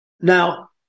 Now